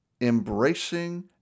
embracing